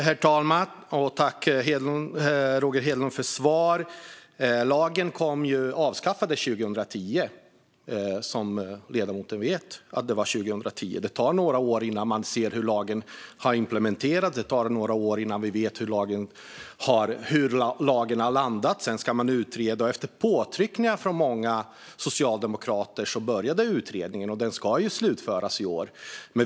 Herr talman! Tack, Roger Hedlund, för svar! Förköpslagen avskaffades 2010, som ledamoten vet. Det tar några år innan man ser hur det har implementerats. Det tar några år för att se hur lagstiftningen har landat. Sedan ska man utreda. Efter påtryckningar från många socialdemokrater började utredningen. Den ska slutföras i år.